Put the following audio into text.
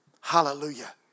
Hallelujah